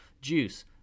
juice